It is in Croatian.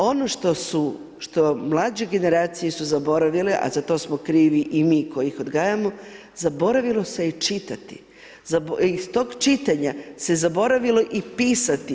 Ono što su, što mlađe generacije su zaboravile, a za to smo krivi i mi koji ih odgajamo, zaboravilo se je čitati, iz tog čitanja se zaboravilo i pisati.